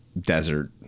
desert